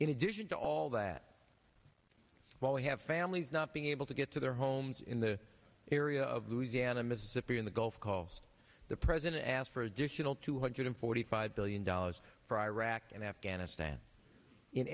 in addition to all that while we have families not being able to get to their homes in the area of louisiana mississippi in the gulf coast the president asked for additional two hundred forty five billion dollars for iraq and afghanistan in